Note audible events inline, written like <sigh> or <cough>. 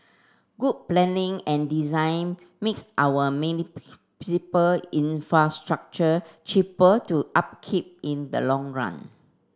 good planning and design makes our <unintelligible> infrastructure cheaper to upkeep in the long run